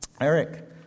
Eric